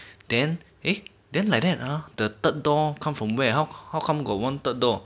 then eh then like that ah the third door come from where how how come got one third door